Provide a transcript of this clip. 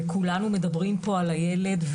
וכולנו מדברים פה על הילד,